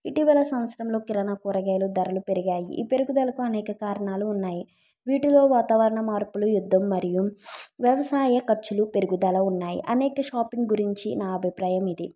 ఇటీవల సంవత్సరంలో కిరాణ కూరగాయాలు ధరలు పెరిగాయి ఈ పెరుగుదలకు అనేక కారణాలు ఉన్నాయి వీటిలో వాతావరణ మార్పులు యుద్ధం మరియు వ్యవసాయ ఖర్చులు పెరుగుదల ఉన్నాయి అనేక షాపింగ్ గురించి నా అభిప్రాయం ఇది